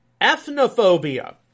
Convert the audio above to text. ethnophobia